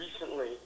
recently